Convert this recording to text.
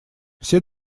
все